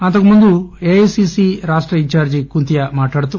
అంతకుముందు ఏఐసిసి రాష్ట ఇంఛార్ట్ కుంతియా మాట్లాడుతూ